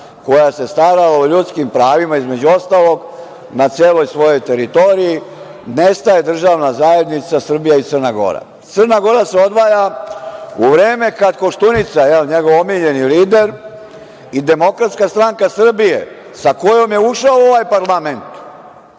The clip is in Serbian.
koja se stara o ljudskim pravima između ostalog, na celoj svojoj teritoriji nestaje državna zajednica Srbija i Crna Gora. Crna Gora se odvaja u vreme kad Koštunica, njegov omiljeni lider i DSS, sa kojom je ušao u ovaj parlament,